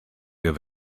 have